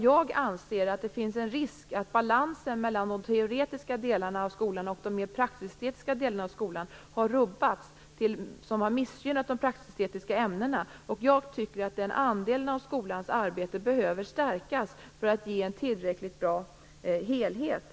Jag anser att det finns en risk för att balansen mellan de teoretiska och de mer praktisk-estetiska delarna av skolan har rubbats vilket har missgynnat de praktisk-estetiska ämnena, och jag tycker att den andelen av skolans arbete behöver stärkas för att ge en tillräckligt bra helhet.